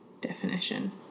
definition